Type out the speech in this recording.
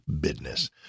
business